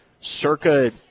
circa